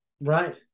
Right